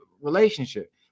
relationship